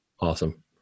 Awesome